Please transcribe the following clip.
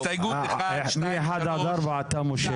הסתייגויות 1 עד 4. הסתייגות 1, 2, 3 נמשכו.